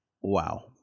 Wow